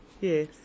Yes